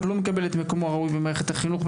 לא מקבל את מקומו הראוי במערכת החינוך,